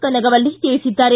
ಕನಗವಲ್ಲಿ ತಿಳಿಸಿದ್ದಾರೆ